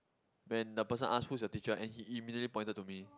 when the person ask who's your teacher and he immediately pointed to me